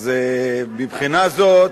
אז מבחינה זו,